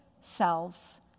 selves